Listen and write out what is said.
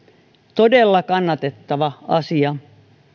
todella kannatettava asia